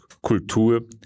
Kultur